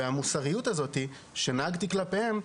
והמוסריות הזאת שנהגתי כלפיהם,